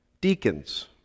Deacons